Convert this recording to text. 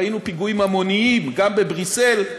ראינו פיגועים המוניים גם בבריסל,